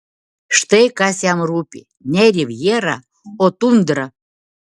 štai kas jam rūpi ne rivjera o tundra